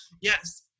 yes